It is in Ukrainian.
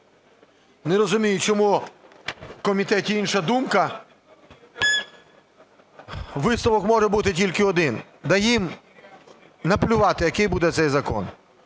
Не розумію, чому в комітеті інша думка. Висновок може бути тільки один. Да їм наплювати, який буде цей закон.